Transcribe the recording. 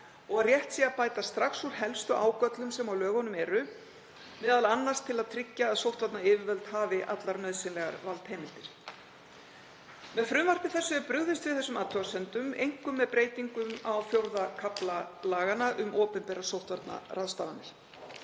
og rétt sé að bæta strax úr helstu ágöllum sem á lögunum eru, m.a. til að tryggja að sóttvarnayfirvöld hafi allar nauðsynlegar valdheimildir. Með frumvarpi þessu er brugðist við þessum athugasemdum, einkum með breytingum á IV. kafla laganna um opinberar sóttvarnaráðstafanir.